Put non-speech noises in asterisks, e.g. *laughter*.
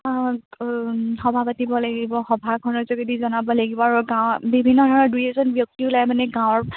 *unintelligible* সভা পাতিব লাগিব সভাখনৰ যোগদি জনাব লাগিব আৰু গাঁৱৰ বিভিন্ন ধৰণৰ দুই এজন ব্যক্তি ওলাই মানে গাঁৱৰ